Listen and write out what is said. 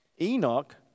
Enoch